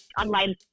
online